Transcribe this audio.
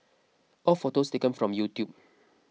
all photos taken from YouTube